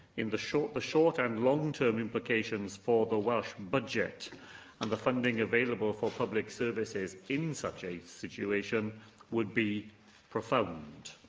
the short the short and long-term implications for the welsh budget and the funding available for public services in such a situation would be profound.